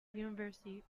university